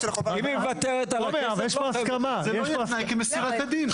זה מה שאומרים חברי הכנסת.